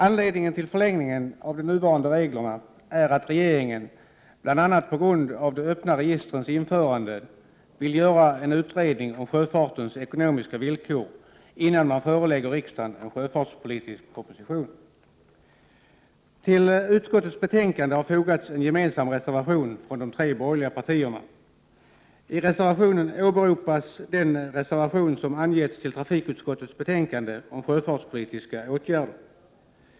Anledningen till förlängningen beträffande de nuvarande reglerna är att regeringen, bl.a. på grund av införandet av de öppnare registren, vill göra en utredning när det gäller sjöfartens ekonomiska villkor, innan riksdagen föreläggs en sjöfartspolitisk proposition. Till utskottets betänkande har fogats en reservation från de tre borgerliga partierna gemensamt. I reservationen åberopas den reservation som fogats till trafikutskottets betänkande om sjöfartspolitiska åtgärder.